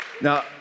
Now